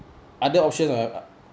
other option uh